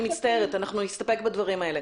אני מצטערת, אנחנו נסתפק בדברים האלה.